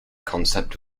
concept